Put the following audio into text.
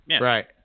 Right